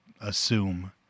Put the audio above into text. assume